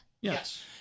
yes